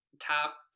top